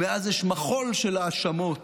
מאז יש מחול של האשמות: